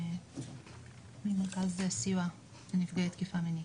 האמת שאני רציתי לדבר כמה שניות קצרות.